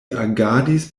agadis